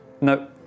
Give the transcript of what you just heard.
No